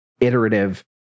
iterative